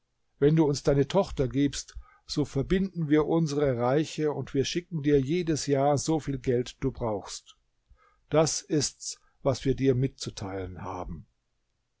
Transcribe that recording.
wenn du uns deine tochter gibst so verbinden wir unsere reiche und wir schicken dir jedes jahr so viel geld du brauchst das ist's was wir dir mitzuteilen haben